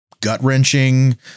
gut-wrenching